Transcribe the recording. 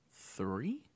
three